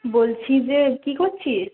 বলছি যে কী করছিস